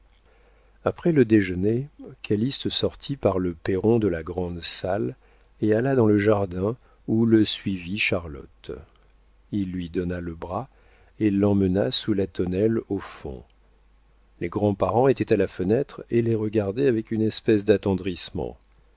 après le déjeuner calyste sortit par le perron de la grande salle et alla dans le jardin où le suivit charlotte il lui donna le bras et l'emmena sous la tonnelle au fond les grands-parents étaient à la fenêtre et les regardaient avec une espèce d'attendrissement